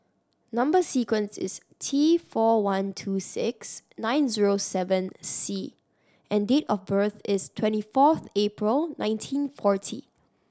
number sequence is T four one two six nine zero seven C and date of birth is twenty fourth April nineteen forty